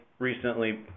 recently